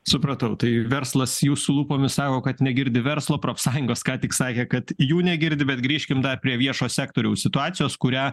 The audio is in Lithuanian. supratau tai verslas jūsų lūpomis sako kad negirdi verslo profsąjungos ką tik sakė kad jų negirdi bet grįžkim dar prie viešo sektoriaus situacijos kurią